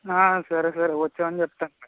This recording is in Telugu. సరే సరే వచ్చావని చెప్తాను